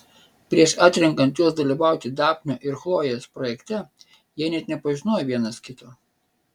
prieš atrenkant juos dalyvauti dafnio ir chlojės projekte jie net nepažinojo vienas kito